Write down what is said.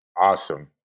Awesome